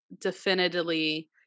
definitively